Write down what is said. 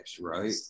right